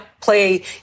play